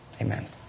amen